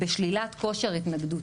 בשלילת כושר התנגדות,